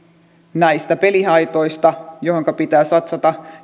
näistä pelihaitoista joiden ennaltaehkäisyyn pitää satsata